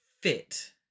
fit